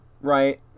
right